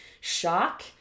shock